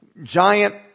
giant